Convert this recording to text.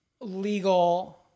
legal